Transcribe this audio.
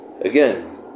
again